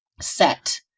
set